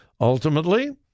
Ultimately